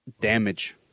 Damage